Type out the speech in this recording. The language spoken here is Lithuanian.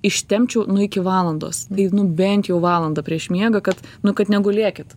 ištempčiau nu iki valandos tai nu bent jau valandą prieš miegą kad nu kad negulėkit